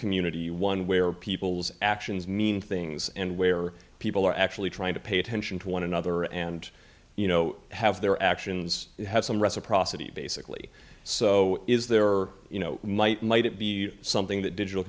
community one where people's actions mean things and where people are actually trying to pay attention to one another and you know have their actions have some reciprocity basically so is there or you know might might it be something that digital